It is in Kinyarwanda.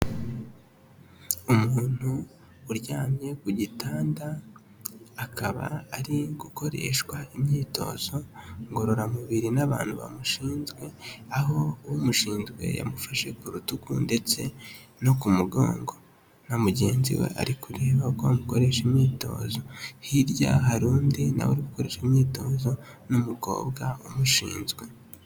Umuntu uryamye ku gitanda akaba ari gukoreshwa imyitozo ngororamubiri n'abantu bamushinzwe aho umushinzwe yamufashe ku rutugu ndetse no ku mugongo na mugenzi we ari kureba uko bamukoresha imyitozo hirya hari undi nawe uri gukoreshwa imyitozo n'umukobwa umushinzwe.